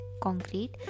concrete